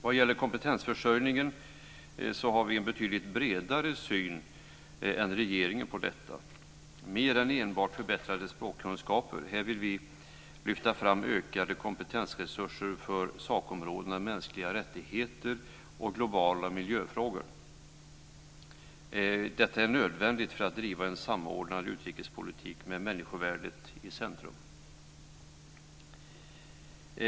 Vad gäller kompetensförsörjningen har vi en betydligt bredare syn än regeringen, att det gäller mer än enbart förbättrade språkkunskaper. Här vill vi lyfta fram ökade kompetensresurser för sakområdena mänskliga rättigheter och globala miljöfrågor. Detta är nödvändigt för att driva en samordnad utrikespolitik med människovärdet i centrum.